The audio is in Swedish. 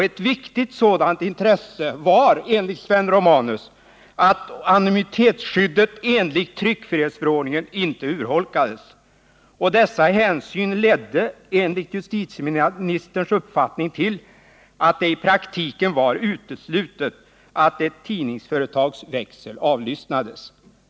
Ett viktigt sådant intresse var att anonymitetsskyddet enligt tryckfrihetsförordningen inte urholkades. Dessa hänsyn ledde enligt justitieministerns uppfattning till att det i praktiken var uteslutet att ett tidningsföretags växel avlyssnades.